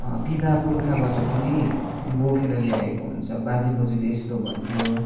पिता पुर्खाबाट पनि बोकेर ल्याएको हुन्छ बाजे बोज्यूले यस्तो भन्थ्यो